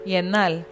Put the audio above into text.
Yenal